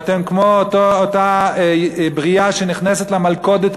אתם כמו אותה ברייה שנכנסת למלכודת,